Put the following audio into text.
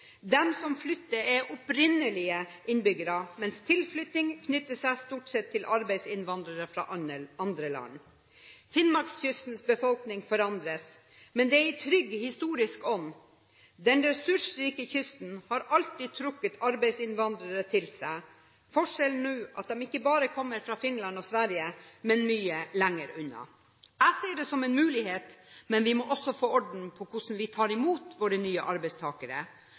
som flytter, er opprinnelige innbyggere, mens tilflytting stort sett knytter seg til arbeidsinnvandring fra andre land. Finnmarkskystens befolkning forandres, men det skjer i en trygg, historisk ånd. Den ressursrike kysten har alltid trukket arbeidsinnvandrere til seg. Forskjellen nå er at de ikke bare kommer fra Finland og Sverige, men mye lenger unna. Jeg ser dette som en mulighet, men vi må også få orden på hvordan vi tar imot våre nye arbeidstakere.